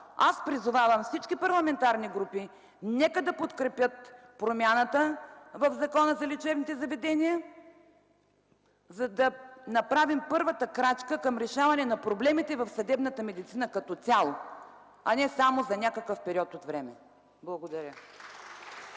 аз призовавам всички парламентарни групи нека да подкрепят промяната в Закона за лечебните заведения, за да направим първата крачка към решаване на проблемите в съдебната медицина като цяло, а не само за някакъв период от време. Благодаря.